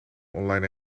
online